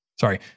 Sorry